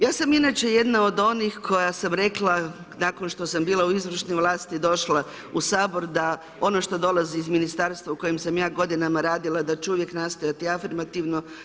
Ja sam inače jedna od onih koja sam rekla nakon što sam bila u izvršnoj vlasti došla u Sabor, da ono što dolazi iz Ministarstva u kojem sam ja godinama radila da ću uvijek nastojati afirmativno.